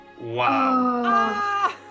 Wow